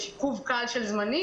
יש עיכוב קל של זמנים,